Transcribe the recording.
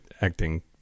acting